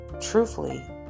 truthfully